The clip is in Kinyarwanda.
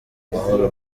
mahoro